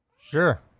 sure